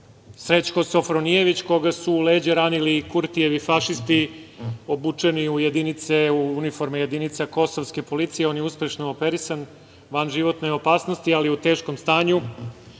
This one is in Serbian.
Srećko Sofronijević, koga su u leđa ranili Kurtijevi fašisti, obučeni u uniforme jedinice kosovske policije, uspešno operisan, van životne opasnosti je, ali u teškom stanju,